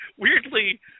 Weirdly